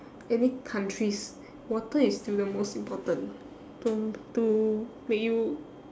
any countries water is still the most important to to make you